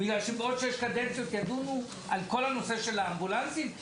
בגלל שבעוד שש קדנציות ידונו על כל הנושא של האמבולנסים?